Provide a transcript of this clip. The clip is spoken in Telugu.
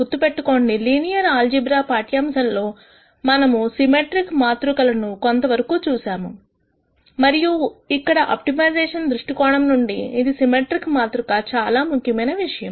గుర్తుపెట్టుకోండి లీనియర్ ఆల్జీబ్రా పాఠ్యాంశంలో మనము సిమెట్రిక్ మాతృకలను కొంతవరకు చూసాము మరియు ఇక్కడ ఆప్టిమైజేషన్ దృష్టి కోణం నుండి ఇది సిమెట్రిక్ మాతృక చాలా ముఖ్యమైన విషయం